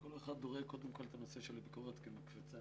כל אחד רואה קודם כל את הנושא של הביקורת כמקפצה.